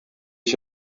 ich